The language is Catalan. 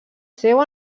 seu